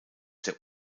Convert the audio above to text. der